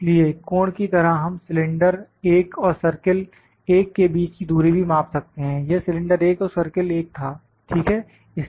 इसलिए कोण की तरह हम सिलेंडर 1 और सर्किल 1 के बीच की दूरी भी माप सकते हैं यह सिलेंडर 1 और सर्किल 1 था ठीक है